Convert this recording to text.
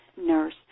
nurse